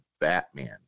Batman